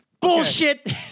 bullshit